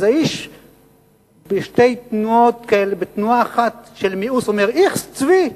אז האיש בתנועה אחת של מיאוס אומר, איכס צבי.